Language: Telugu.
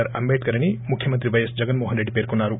ఆర్ అంటేద్కర్ అని ముఖ్యమంత్రి పైఎస్ జగన్ మోహన్ రెడ్లి పేర్కొన్నారు